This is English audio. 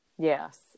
Yes